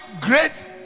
great